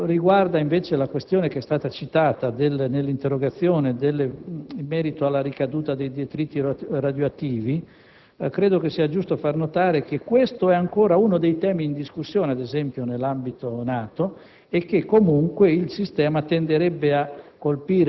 quanto riguarda, invece, la questione citata nell'interpellanza in merito alla ricaduta di detriti radioattivi, credo sia giusto far notare che questo è ancora uno dei temi in discussione, ad esempio nell'ambito NATO, e che comunque il sistema tenderebbe a